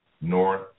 north